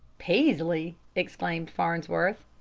peaslee! exclaimed farnsworth.